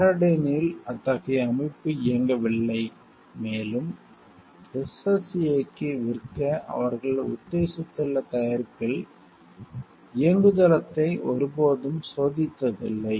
பாரடைன் இல் அத்தகைய அமைப்பு இயங்கவில்லை மேலும் SSA க்கு விற்க அவர்கள் உத்தேசித்துள்ள தயாரிப்பில் இயங்குதளத்தை ஒருபோதும் சோதித்ததில்லை